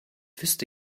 wüsste